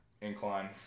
incline